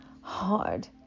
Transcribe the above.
hard